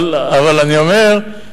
אבל אני אומר,